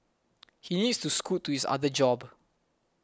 he needs to scoot to his other job